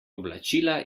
oblačila